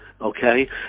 Okay